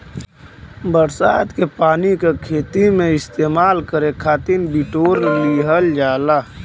बरसात के पानी क खेती में इस्तेमाल करे खातिर बिटोर लिहल जाला